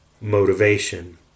motivation